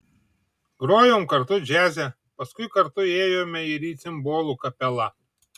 grojom kartu džiaze paskui kartu ėjome ir į cimbolų kapelą